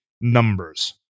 numbers